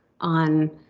on